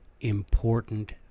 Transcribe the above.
important